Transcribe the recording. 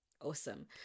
awesome